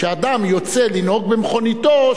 כשאדם יוצא לנהוג במכוניתו,